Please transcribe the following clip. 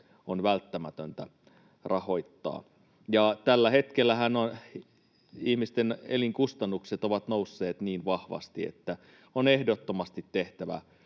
on välttämätöntä rahoittaa. Tällä hetkellähän ihmisten elinkustannukset ovat nousseet niin vahvasti, että on ehdottomasti tehtävä